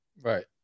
Right